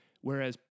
Whereas